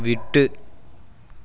விட்டு